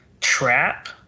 trap